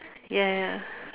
ya ya